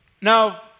Now